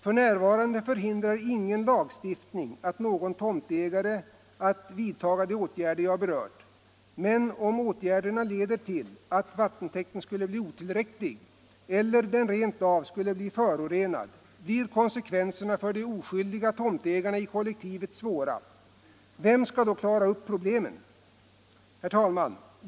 F.n. förhindrar ingen lagstiftning någon tomtägare att vidta de åtgärder jag berört. Men om åtgärderna leder till att vattentäkten skulle bli otillräcklig eller rent av förorenad, blir konsekvenserna för de oskyldiga tomtägarna i kollektivet svåra. Vem skall då klara upp problemen? Herr talman!